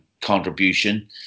contribution